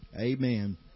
amen